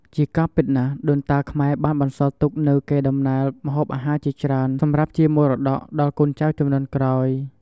ជាការពិតណាស់ដូនតាខ្មែរបានបន្សល់ទុកនូវកេរដំណែលម្ហូបអាហារជាច្រើន សម្រាប់ជាមរតកដល់កូនចៅជំនាន់ក្រោយ។